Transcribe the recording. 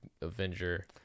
avenger